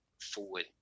forward